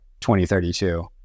2032